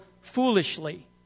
foolishly